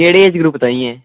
केह्ड़े age group ताहीं ऐ